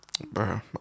bro